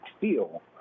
feel